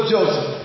Joseph